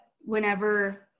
whenever